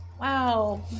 Wow